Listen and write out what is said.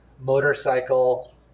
motorcycle